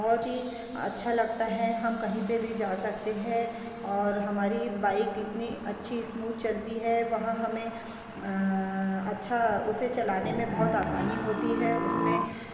बहुत ही अच्छा लगता है हम कहीं पे भी जा सकते हैं और हमारी बाइक इतनी अच्छी स्मूद चलती है वहाँ हमें अच्छा उसे चलाने में बहुत आसानी होती है उसमें